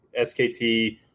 SKT